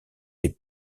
des